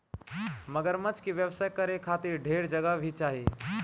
मगरमच्छ के व्यवसाय करे खातिर ढेर जगह भी चाही